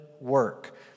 work